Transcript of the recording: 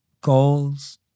goals